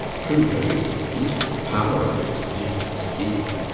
too late. these powers these these